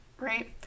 right